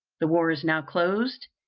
the war is now closed,